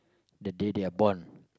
the day they're born